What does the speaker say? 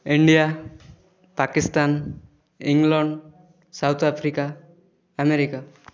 India Pakistan England South Africa America